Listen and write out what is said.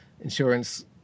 insurance